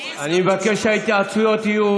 אני מבקש שההתייעצויות יהיו